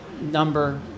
number